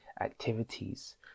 activities